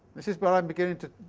this is where i'm beginning to,